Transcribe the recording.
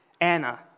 Anna